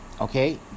Okay